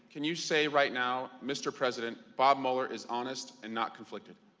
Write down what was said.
can you say right now mr. president, bob mueller is honest and not conflicted?